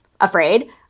afraid